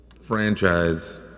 franchise